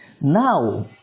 Now